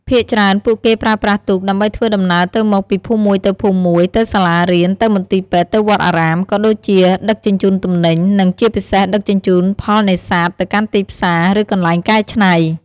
ភាគច្រើនពួកគេប្រើប្រាស់ទូកដើម្បីធ្វើដំណើរទៅមកពីភូមិមួយទៅភូមិមួយ ទៅសាលារៀន ទៅមន្ទីរពេទ្យ ទៅវត្តអារាម ក៏ដូចជាដឹកជញ្ជូនទំនិញ និងជាពិសេសដឹកជញ្ជូនផលនេសាទទៅកាន់ទីផ្សារ ឬកន្លែងកែច្នៃ។